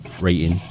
rating